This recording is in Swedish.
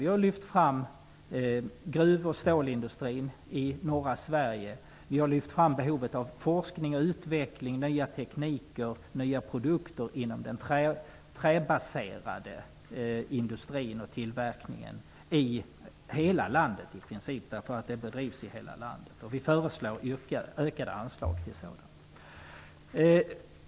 Vi har lyft fram gruv och stålindustrin i norra Sverige. Vi har lyft fram behovet av forskning och utveckling samt av nya tekniker och produkter inom den träbaserade industrin i princip hela landet. Den finns nämligen i hela landet. Vi föreslår ökade anslag till sådant.